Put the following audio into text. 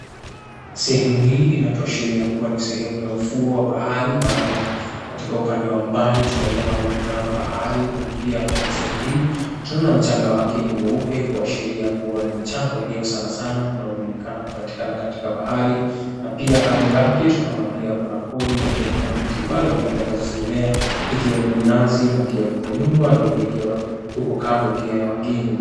Sehemu hii inatuashiria kuwa ni sehemu ya ufuo wa bahari maana katika upande wa mbali tunaona bahari na pia katika sehemu hii tunaona mchanga wake ni mweupe kuashiria kuwa ni mchanga ulio sana sana unaojulikana kupatikana katika bahari na pia kando yake tunaona pia kuna pori na pia kuna miti mbalimbali ambazo zimeemea ikiwemo minazi na pia kuna nyumba imejengewa huko kando pia ya wageni.